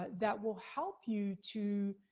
that will help you to,